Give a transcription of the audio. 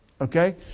Okay